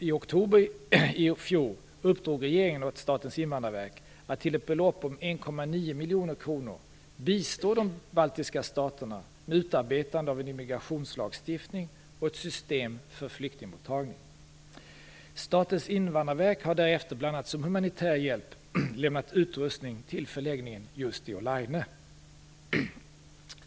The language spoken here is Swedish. I oktober i fjol uppdrog regeringen åt Statens invandrarverk att till ett belopp om 1,9 miljoner kronor bistå de baltiska staterna med utarbetande av en immigrationslagstiftning och ett system för flyktingmottagning. Statens invandrarverk har därefter bl.a. som humanitär hjälp lämnat utrustning till förläggningen i just Olaine.